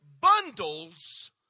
bundles